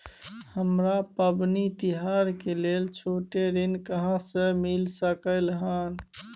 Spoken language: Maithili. हमरा पबनी तिहार के लेल छोट ऋण कहाँ से मिल सकलय हन?